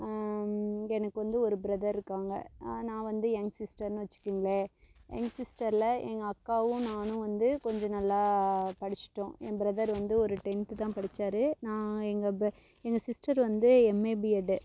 எனக்கு வந்து ஒரு பிரதர் இருக்காங்க நான் வந்து யங் சிஸ்டர்ன்னு வச்சிக்குங்களேன் யங் சிஸ்டரில் எங்கள் அக்காவும் நானும் வந்து கொஞ்சம் நல்லா படிச்சிவிட்டோம் என் பிரதர் வந்து ஒரு டென்த்து தான் படிச்சார் நான் எங்கள் பிர எங்கள் சிஸ்டர் வந்து எம்ஏ பிஎட்டு